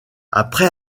après